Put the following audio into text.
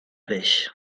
peix